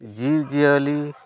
ᱡᱤᱵᱽᱼᱡᱤᱭᱟᱹᱞᱤ